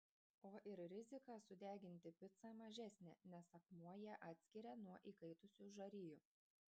o ir rizika sudeginti picą mažesnė nes akmuo ją atskiria nuo įkaitusių žarijų